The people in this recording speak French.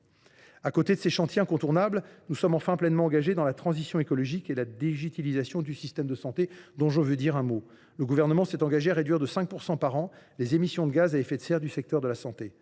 Outre ces chantiers incontournables, nous sommes enfin pleinement engagés dans la transition écologique et la digitalisation du système de santé. Le Gouvernement s’est engagé à réduire de 5 % par an les émissions de gaz à effet de serre du secteur de la santé.